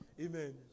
amen